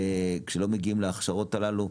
כשלא מגיעים להכשרות הללו,